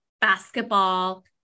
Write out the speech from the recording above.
basketball